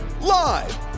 Live